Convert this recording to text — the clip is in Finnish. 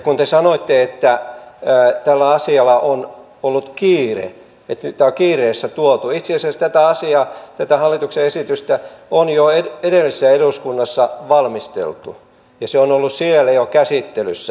kun te sanoitte että tällä asialla on ollut kiire että nyt tämä on kiireessä tuotu niin itse asiassa tätä asiaa tätä hallituksen esitystä on jo edellisessä eduskunnassa valmisteltu ja se on ollut jo siellä käsittelyssä